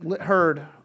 heard